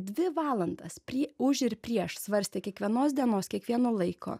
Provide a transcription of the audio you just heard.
dvi valandas prie už ir prieš svarstė kiekvienos dienos kiekvieno laiko